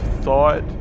thought